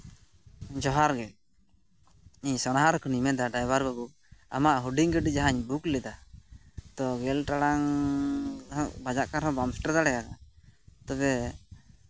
ᱡᱚᱦᱟᱨ ᱜᱮ ᱤᱧ ᱥᱳᱱᱟᱦᱟᱨᱟ ᱠᱷᱚᱱᱤᱧ ᱢᱮᱱᱫᱟ ᱰᱨᱟᱭᱵᱷᱟᱨ ᱵᱟᱹᱵᱩ ᱟᱢᱟᱜ ᱦᱩᱰᱤᱧ ᱜᱟᱹᱰᱤ ᱡᱟᱦᱟᱸᱧ ᱵᱩᱠ ᱞᱮᱫᱟ ᱛᱚ ᱜᱮᱞ ᱴᱟᱲᱟᱝ ᱵᱟᱡᱟᱜ ᱠᱟᱱ ᱨᱮᱦᱚᱸ ᱵᱟᱢ ᱥᱮᱴᱮᱨ ᱫᱟᱲᱮᱭᱟᱫᱟ ᱛᱚᱵᱮ